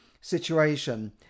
situation